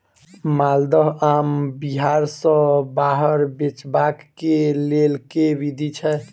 माल्दह आम बिहार सऽ बाहर बेचबाक केँ लेल केँ विधि छैय?